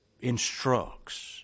instructs